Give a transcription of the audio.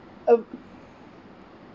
a